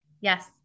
Yes